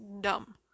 dumb